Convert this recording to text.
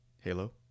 Halo